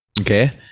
Okay